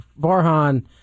Varhan